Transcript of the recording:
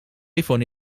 iphone